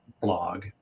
blog